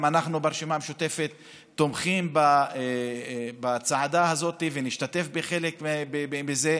גם אנחנו ברשימה המשותפת תומכים בצעדה הזאת ונשתתף בחלק מזה.